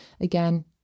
again